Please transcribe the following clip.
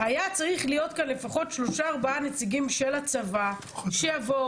היה צריך להיות כאן לפחות שלושה-ארבעה נציגים של הצבא שיבואו,